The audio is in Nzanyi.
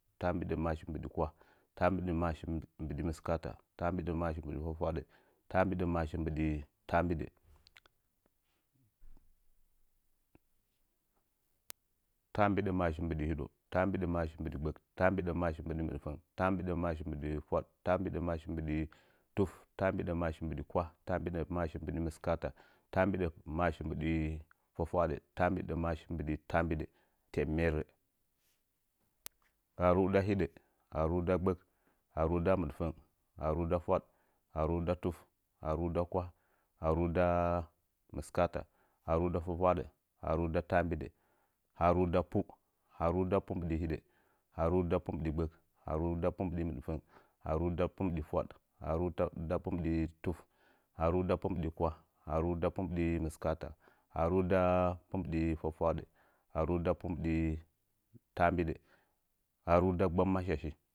Taambidəmashi mbɨɗi kwah, taambidəmashi mbɨɗi mɨskata, taambidəmaashi mbɨdi fwafwadə, taambidəmashi mbɨɗi taambɨdə, taambidəmashi mbɨɗi hiɗəu, taambidəmashi mbɨɗi gbək, taambidəmashi mbɨɗi mɨdfəng, taambidəmashi mbɨɗi fwaɗ, taambidəmashi mbɨɗi tuf, taambidəmashi mbɨɗi kwag, taambidəmashi mbɨɗi mɨskaata, taambidəmashi mbɨɗi fwafwadə, taambidəmashi mbɨɗi taambidə tamerə, haaru nda hidə, haaru nda gbək, haaru nda mɨdfəng, haaru nda fwaɗ, haaru nda tuf, haaru nda kwah, haaru nda mɨskaata, haaru nda fwafwaɗə, haaru nda taambidə, haaru nda pu, haaru nda pu mbɨdi hidə, haaru nda pu mbidi gbək, haaru nda pu mbɨdi mɨdfəng, haaru nda pu mbɨɗi fwaɗ, haaru nda pu mbɨdi tuf, haaru nda pu mbɨɗi kwah, haaru nda pu mbidi mɨskaata, haaru nda pu mbɨɗi fwafwaɗa, haaru nda pu mbɨɗi taambidə, haaru nda mgbammashashi